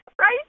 right